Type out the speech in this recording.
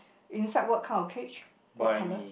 inside word kind of cage what colour